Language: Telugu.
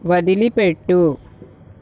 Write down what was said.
వదిలిపెట్టు